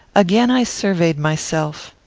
again i surveyed myself.